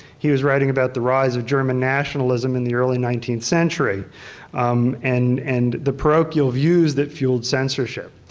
he was writing about the rise of german nationalism in the early nineteenth century and and the parochial views that filled censorship,